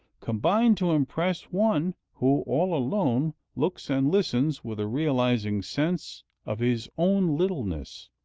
combine to impress one who, all alone, looks and listens with a realizing sense of his own littleness.